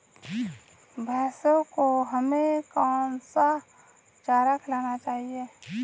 भैंसों को हमें कौन सा चारा खिलाना चाहिए?